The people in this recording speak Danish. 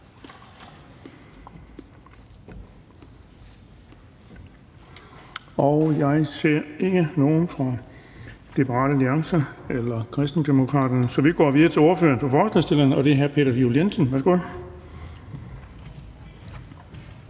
Jeg ser ikke nogen fra Liberal Alliance eller Kristendemokraterne, så vi går videre til ordføreren for forslagsstillerne, og det er hr. Peter Juel-Jensen. Værsgo.